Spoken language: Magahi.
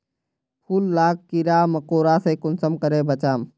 फूल लाक कीड़ा मकोड़ा से कुंसम करे बचाम?